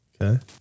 Okay